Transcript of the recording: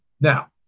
Now